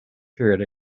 period